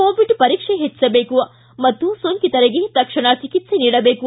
Covid ಪರೀಕ್ಷೆ ಹೆಚ್ಚಿಸಬೇಕು ಮತ್ತು ಸೋಂಕಿತರಿಗೆ ತಕ್ಷಣ ಚಿಕಿತ್ಸೆ ನೀಡಬೇಕು